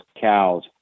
cows